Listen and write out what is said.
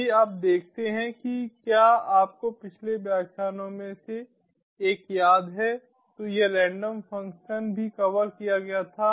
यदि आप देखते हैं कि क्या आपको पिछले व्याख्यानों में से एक याद है तो यह रैंडम फ़ंक्शन भी कवर किया गया था